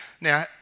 Now